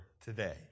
today